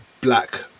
black